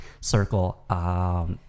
circle